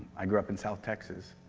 i grew up in south texas.